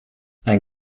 ein